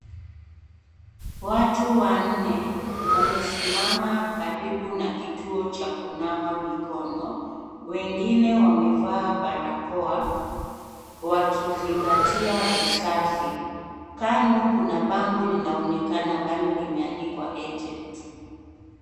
Watu wanne wamesimama karibu na kituo cha kunawa mikono, wengine wamevaa barakoa, wakizingatia usafi, kando kuna bao linaonekana mbali limeandikwa agent .